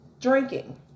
drinking